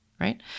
right